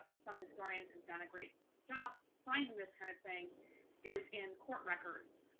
some historians have done a great job finding this kind of thing is in court records,